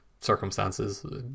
circumstances